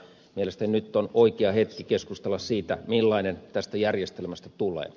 mielestäni nyt on oikea hetki keskustella siitä millainen tästä järjestelmästä tulee